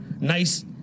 nice